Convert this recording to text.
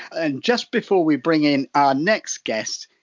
and just before we bring in our next guest,